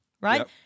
right